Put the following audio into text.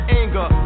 anger